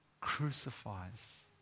crucifies